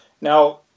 Now